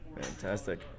Fantastic